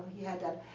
he had that.